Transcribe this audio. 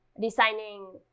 designing